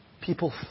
people